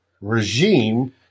regime